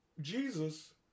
Jesus